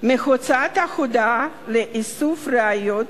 מהוצאת ההודאה לאיסוף ראיות